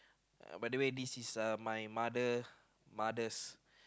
by the way this is uh my mother mother's